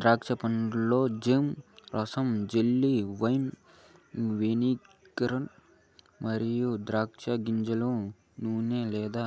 ద్రాక్ష పండ్లతో జామ్, రసం, జెల్లీ, వైన్, వెనిగర్ మరియు ద్రాక్ష గింజల నూనె లేదా